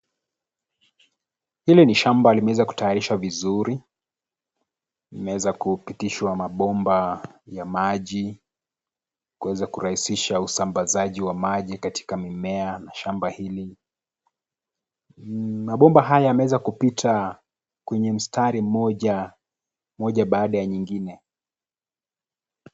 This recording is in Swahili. Lile ni shamba limeweza kutayarishwa vizuri, imeweza kupitishwa mabomba ya maji kuweza kurahisisha usambazaji wa maji katika mimea ya shamba hili. Mabomba haya yameweza kupita kwenye msatari mmoja, moja baada ya nyingine